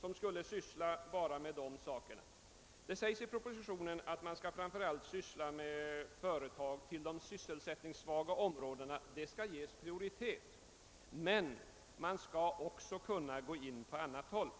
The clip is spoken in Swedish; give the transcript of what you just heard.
som bara ägnar sig åt dessa ting. I propositionen framhålles att man framför allt skall inrikta sig på företagsamhet i de sysselsättningssvaga områdena men man skall också kunna gå in på annat håll.